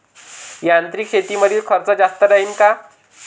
यांत्रिक शेतीमंदील खर्च जास्त राहीन का?